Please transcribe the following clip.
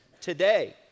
Today